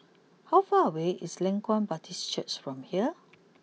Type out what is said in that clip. how far away is Leng Kwang Baptist Church from here